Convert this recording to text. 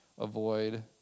avoid